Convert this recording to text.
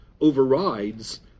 overrides